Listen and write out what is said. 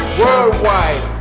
worldwide